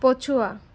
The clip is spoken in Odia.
ପଛୁଆ